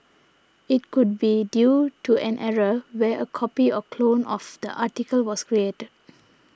it could be due to an error where a copy or clone of the article was created